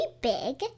big